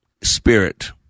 Spirit